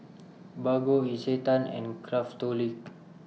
Bargo Isetan and Craftholic